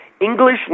English